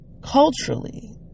culturally